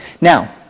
Now